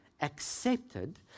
accepted